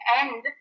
end